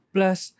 Plus